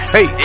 Hey